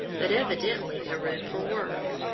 but evidently a room for work.